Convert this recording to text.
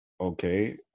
okay